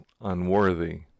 unworthy